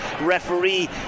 referee